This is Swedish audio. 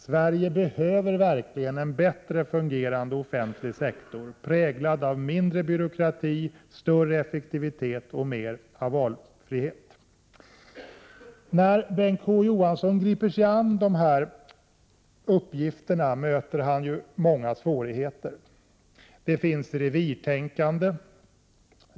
Sverige behöver verkligen en bättre fungerande offentlig sektor, präglad av mindre byråkrati, större effektivitet och mer av valfrihet. När Bengt K Å Johansson griper sig an dessa uppgifter kommer han att möta många svårigheter. Det finns mycket av revirtänkande.